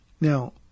Now